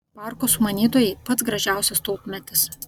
parko sumanytojai pats gražiausias tulpmedis